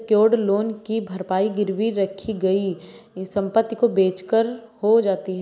secured loan की भरपाई गिरवी रखी गई संपत्ति को बेचकर हो जाती है